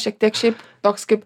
šiek tiek šiaip toks kaip